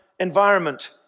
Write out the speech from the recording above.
Environment